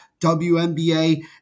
WNBA